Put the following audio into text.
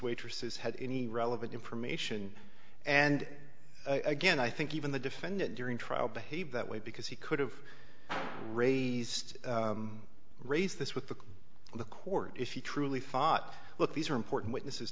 waitresses had any relevant information and again i think even the defendant during trial behaved that way because he could have raised raise this with the the court if you truly thought look these are important witnesses